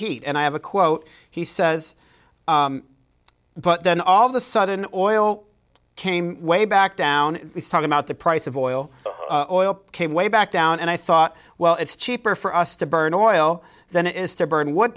heat and i have a quote he says but then all of the sudden oil came way back down talk about the price of oil oil came way back down and i thought well it's cheaper for us to burn oil than it is to burn w